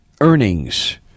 earnings